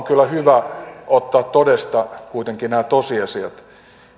kyllä hyvä ottaa todesta kuitenkin nämä tosiasiat